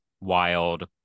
wild